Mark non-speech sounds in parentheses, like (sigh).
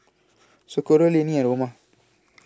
(noise) Socorro Lannie and Roma